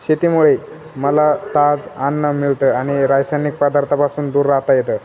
शेतीमुळे मला ताज आन्न मिळतं आणि रायसायनिक पदार्थांपासून दूर राहता येतं